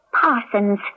Parsons